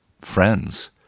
friends